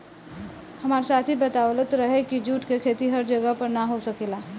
हामार साथी बतलावत रहे की जुट के खेती हर जगह पर ना हो सकेला